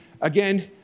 Again